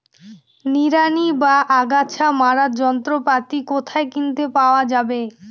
নিড়ানি বা আগাছা মারার যন্ত্রপাতি কোথায় কিনতে পাওয়া যাবে?